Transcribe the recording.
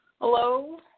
hello